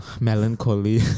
Melancholy